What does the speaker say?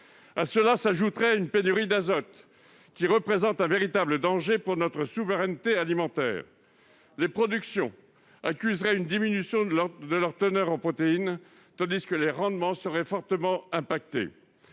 À cela s'ajouterait une pénurie d'azote, qui représente un véritable danger pour notre souveraineté alimentaire. Les productions accuseraient une diminution de leur teneur en protéines, tandis que les rendements seraient fortement affectés.